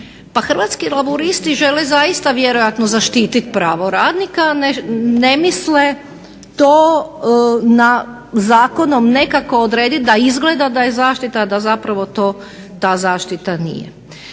Pa Hrvatski laburisti žele zaista vjerojatno zaštititi pravo radnika. Ne misle to zakonom nekako odrediti da izgleda da je zaštita, a da zapravo to ta zaštita nije.